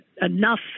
enough